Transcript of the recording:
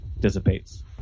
Dissipates